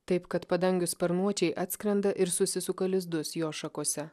taip kad padangių sparnuočiai atskrenda ir susisuka lizdus jo šakose